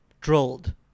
drilled